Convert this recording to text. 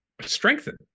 strengthen